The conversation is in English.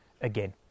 again